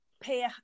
pay